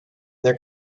their